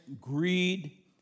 greed